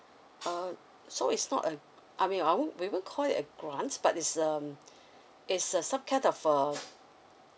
um so it's not a I mean I won't we won't call it a grant but it's um it's a some kind of a